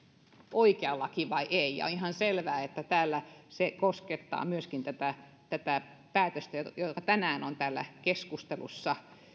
oikea laki vai ei ja on ihan selvää että se koskettaa myöskin tätä tätä päätöstä joka tänään on täällä keskustelussa